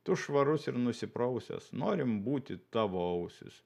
tu švarus ir nusiprausęs norim būti tavo ausys